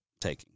taking